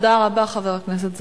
תודה רבה, חבר הכנסת זחאלקה.